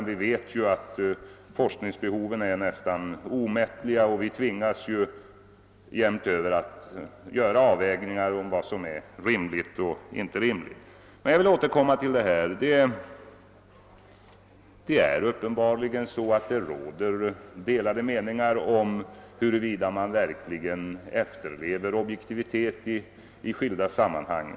Vi vet dock att forskningsbehoven är nästan omättliga. Vi tvingas jämt att göra avvägningar av vad som är angeläget och mindre angeläget. Uppenbarligen råder det delade meningar om huruvida man verkligen efterlever objektiviteten i skilda sammanhang.